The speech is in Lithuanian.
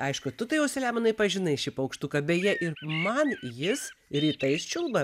aišku tu tai jau selemonai pažinai šį paukštuką beje ir man jis rytais čiulba